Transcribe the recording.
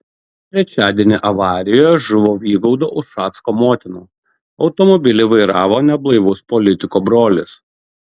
trečiadienį avarijoje žuvo vygaudo ušacko motina automobilį vairavo neblaivus politiko brolis